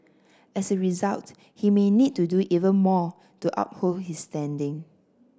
as a result he may need to do even more to uphold his standing